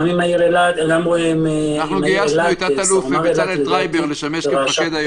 גם עם העיר אילת --- גייסנו את תא"ל בצלאל טרייבר לשמש כמפקד האירוע.